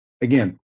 again